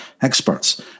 experts